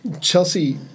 Chelsea